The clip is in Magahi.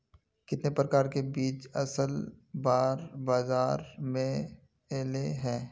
कितने प्रकार के बीज असल बार बाजार में ऐले है?